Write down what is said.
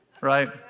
right